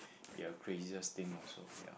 be a craziest thing also ya